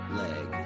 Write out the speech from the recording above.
leg